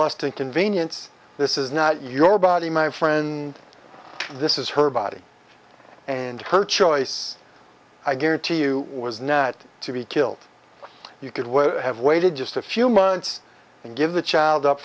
and convenience this is not your body my friend this is her body and her choice i guarantee you was not to be killed you could have waited just a few months and give the child up